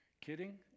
kidding